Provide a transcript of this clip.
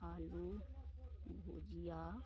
आलू भुजिया